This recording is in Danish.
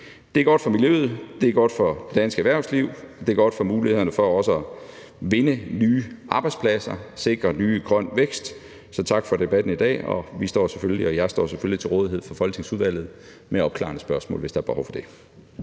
Det er godt for miljøet, det er godt for dansk erhvervsliv, og det er godt for mulighederne for også at vinde nye arbejdspladser og sikre ny grøn vækst, så tak for debatten i dag. Jeg står selvfølgelig til rådighed for folketingsudvalget med svar på opklarende spørgsmål, hvis der er behov for det.